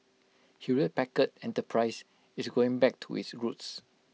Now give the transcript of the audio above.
Hewlett Packard enterprise is going back to its roots